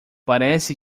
parece